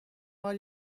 are